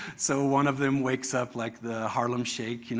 so one of them wakes up like the harlem shake, you know